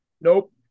Nope